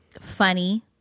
funny